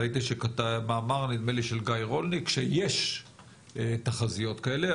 ראיתי מאמר של גיא רולניק שיש תחזיות כאלה,